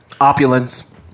opulence